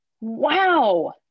wow